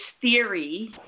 theory